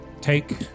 take